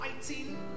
fighting